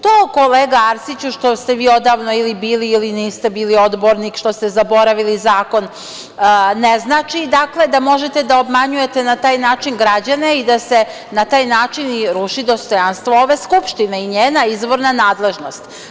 To, kolega Arsiću, što ste vi odavno ili bili ili niste bili odbornik, što ste zaboravili zakon ne znači da možete da obmanjujete na taj način građane i da se na taj način i ruši dostojanstvo ove Skupštine i njena izvorna nadležnost.